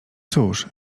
cóż